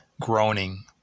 groaning